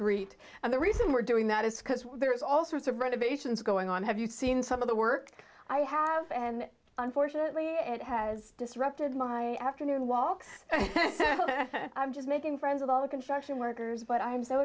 greet and the reason we're doing that is because there is all sorts of renovations going on have you seen some of the work i have and unfortunately it has disrupted my afternoon walks and i'm just making friends with all the construction workers but i'm so